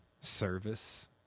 service